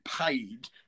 paid